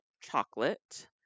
chocolate